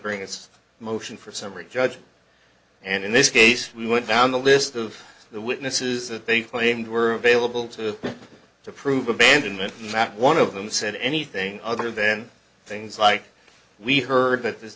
its motion for summary judgment and in this case we went down the list of the witnesses that they claimed were available to to prove abandonment and not one of them said anything other then things like we've heard that this